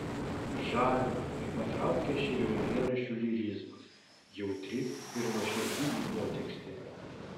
žavi ir patraukia širvio eilėraščių lyrizmas jautri ir nuoširdi jų potekstė